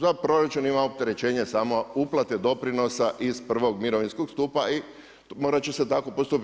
Za proračun ima opterećenje samo uplate doprinosa iz prvog mirovinskog stupa i morat će se tako postupit.